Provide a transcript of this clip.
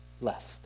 left